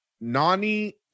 Nani